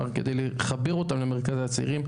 כדי לחבר אותם למרכזי הצעירים.